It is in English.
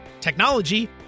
technology